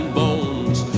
bones